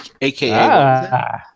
AKA